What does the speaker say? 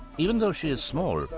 even though she is small,